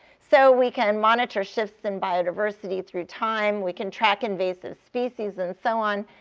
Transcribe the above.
so we can monitor shifts in biodiversity through time, we can track invasive species, and so on.